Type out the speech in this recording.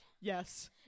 Yes